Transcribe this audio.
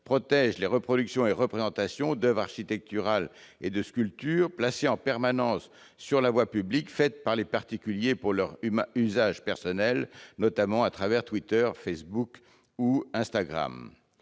protègent les reproductions et représentations d'oeuvres architecturales et de sculptures placées en permanence sur la voie publique faites par les particuliers pour leur usage personnel, notamment les réseaux sociaux Twitter, Facebook ou Instagram.